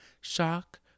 Shock